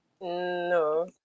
No